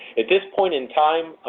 at this point in time,